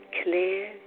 clear